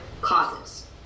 causes